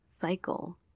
cycle